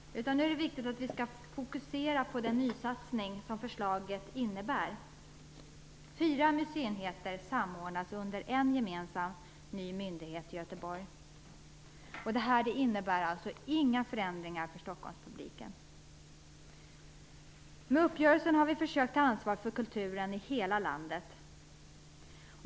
Nu är det viktigt att vi fokuserar på den nysatsning som förslaget innebär. Fyra museienheter samordnas under en gemensam ny myndighet i Göteborg, och det här innebär alltså inga förändringar för Stockholmspubliken. Med uppgörelsen har vi försökt ta ansvar för kulturen i hela landet.